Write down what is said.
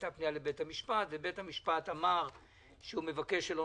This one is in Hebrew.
הייתה פנייה לבית המשפט ובית המשפט אמר שהוא מבקש שלא